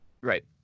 Right